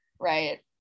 right